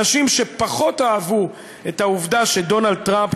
אנשים שפחות אהבו את העובדה שדונלד טראמפ,